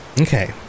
Okay